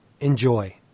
enjoy